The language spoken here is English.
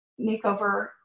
makeover